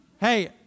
Hey